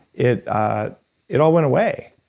it ah it all went away,